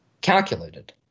calculated